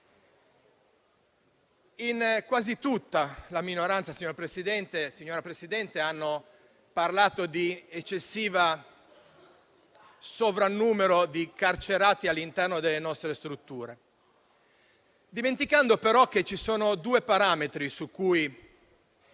Quasi tutta la minoranza, signora Presidente, ha parlato di sovrannumero dei carcerati all'interno delle nostre strutture, dimenticando però che ci sono due parametri su cui